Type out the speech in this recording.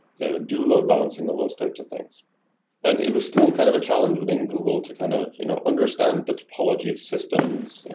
do load balancing and those types of things and it was still kind of a challenge with any google to kind of you know understand the topology of systems,